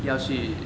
要去